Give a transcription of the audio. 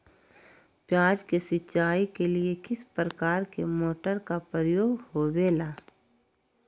प्याज के सिंचाई के लिए किस प्रकार के मोटर का प्रयोग होवेला?